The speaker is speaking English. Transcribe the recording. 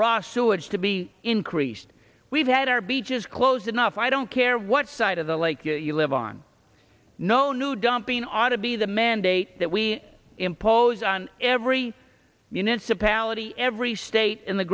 raw sewage to be increased we've had our beaches close enough i don't care what side of the like you live on no new dumping ought to be the mandate that we impose on every municipality every state in the